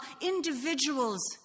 individuals